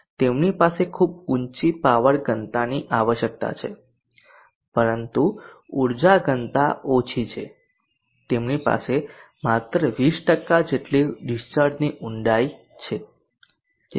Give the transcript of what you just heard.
તેમની પાસે ખૂબ ઊંચી પાવર ઘનતાની આવશ્યકતા છે પરંતુ ઊર્જા ઘનતા ઓછી છે તેમની પાસે માત્ર 20 જેટલી ડીસ્ચાર્જની ઊડાઈ છે